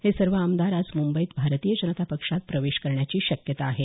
हे सर्व आमदार आज मुंबईत भारतीय जनता पक्षात प्रवेश करण्याची शक्यता आहे